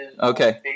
okay